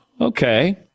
Okay